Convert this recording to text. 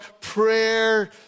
prayer